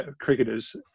cricketers